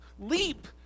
leap